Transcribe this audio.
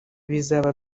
bizaza